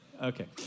Okay